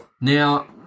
Now